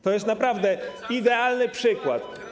To jest naprawdę idealny przykład.